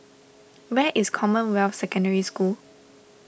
where is Commonwealth Secondary School